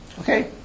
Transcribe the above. Okay